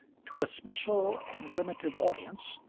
to a special and limited audience,